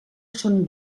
són